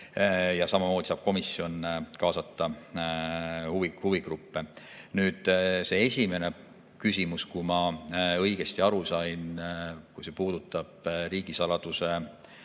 Samamoodi saab komisjon kaasata huvigruppe. Nüüd see esimene küsimus. Kui ma õigesti aru sain, puudutab see riigisaladuse